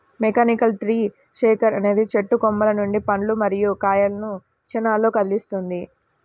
mechanical tree shaker అనేది చెట్టు కొమ్మల నుండి పండ్లు మరియు కాయలను క్షణాల్లో కదిలిస్తుంది